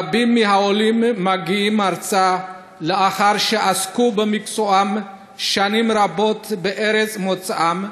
רבים מהעולים מגיעים ארצה לאחר שעסקו במקצועם שנים רבות בארץ מוצאם,